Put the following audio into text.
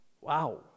Wow